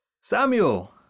Samuel